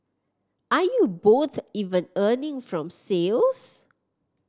are you both even earning from sales